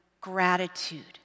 gratitude